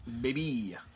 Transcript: baby